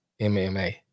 MMA